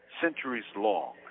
centuries-long